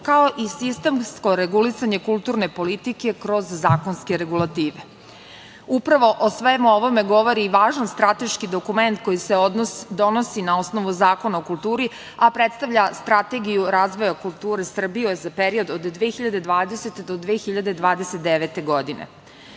kao i sistemsko regulisanje kulturne politike kroz zakonske regulative. Upravo o svemu ovome govori i važan strateški dokument koji se donosi na osnovu Zakona o kulturi, a predstavlja strategiju razvoja kulture Srbije za period od 2020. do 2029. godine. Kao